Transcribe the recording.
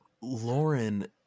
Lauren